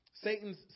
Satan's